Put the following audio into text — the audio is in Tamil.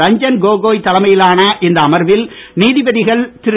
ரஞ்சன் கோகோய் தலைமையிலான இந்த அமர்வில் நீதிபதிகள் திரு